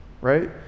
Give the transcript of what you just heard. right